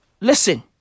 listen